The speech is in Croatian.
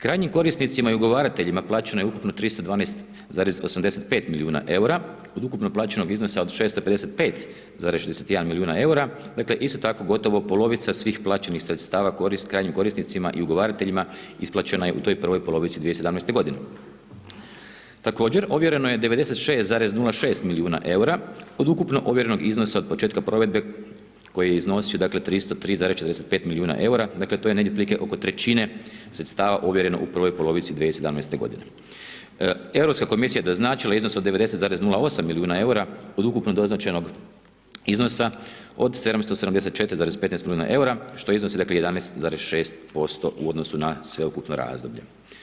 Kranjem korisnicima i ugovarateljima plaćeno je ukupno 312,85 milijuna eura, od ukupnog plaćenog iznosa od 655,61 milijuna eura, dakle, isto tako gotovo polovica svih plaćenih sredstava krajnjim korisnicima i ugovarateljima, isplaćena je u toj prvoj polovici 2017. g. Također ovjereno je 96,06 milijuna eura od ukupnog uvjerenog iznosa od početka provedbe koje iznosi 303,45 milijuna eura, dakle, to je negdje otprilike oko trećine sredstava uvjerena u prvoj polovici 2017. g. Europska komisija doznačila je iznos od 90,08 milijuna eura, od ukupno doznačenog iznosa od 774,15 milijuna eura, što iznosi 11,6% u odnosu na sveukupno razdoblje.